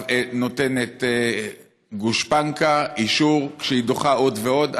נותנת גושפנקה, אישור, כשהיא דוחה עוד ועוד.